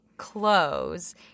close